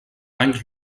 any